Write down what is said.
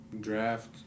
Draft